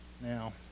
now